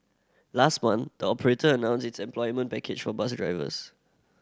last month the operator announced its employment package for bus drivers